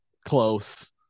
close